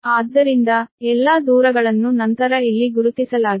ಆದ್ದರಿಂದ ಎಲ್ಲಾ ದೂರಗಳನ್ನು ನಂತರ ಇಲ್ಲಿ ಗುರುತಿಸಲಾಗಿದೆ